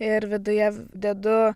ir viduje dedu